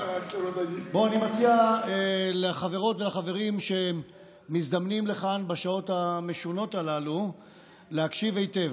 אני מציע לחברות ולחברים שמזדמנים לכאן בשעות המשונות הללו להקשיב היטב.